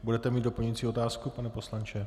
Budete mít doplňující otázku, pane poslanče?